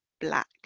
black